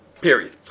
Period